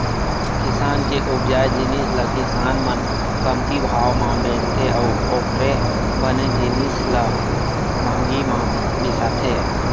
किसान के उपजाए जिनिस ल किसान मन कमती भाव म बेचथे अउ ओखरे बने जिनिस ल महंगी म बिसाथे